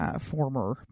former